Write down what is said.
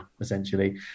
essentially